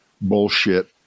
bullshit